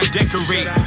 decorate